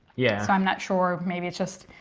yeah so i'm not sure maybe it's just